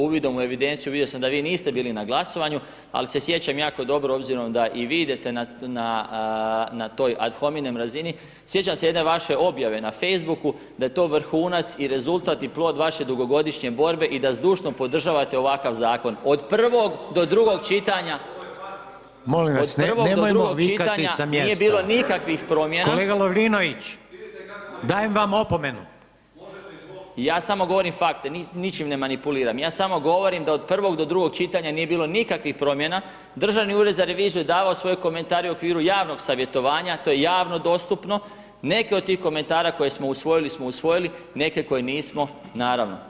Uvidom u evidenciju, vidio sam da vi niste bili na glasovanju, ali se sjećam jako dobro obzirom da i vi idete na toj ad homninem razini, sjećam se jedne vaše objave na Facebooku, da je to vrhunac i rezultat i plod vaše dugogodišnje borbe i da zdušno podržavate ovakav zakon, od prvog do drugog čitanja …… [[Upadica Lovrinović, ne čuje se.]] [[Upadica Reiner: Molim vas, nemojmo vikati sa mjesta.]] nije bilo nikakvih promjena [[Upadica Reiner: Kolega Lovrinović.]] [[Upadica Lovrinović, ne čuje se.]] /Upadica Reiner: Dajem vam opomenu./ [[Upadica Lovrinović, ne čuje se.]] Ja samo govorim fakte, ničim ne manipuliram, ja samo govorim da od prvog do drugog čitanja nije bilo nikakvih promjena, Državni ured za reviziju je davao svoje komentare i u okviru javnog savjetovanja, to je javno dostupno, neke od tih komentara koje smo usvojili smo usvojili, neke koje nismo, naravno.